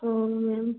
तो मेम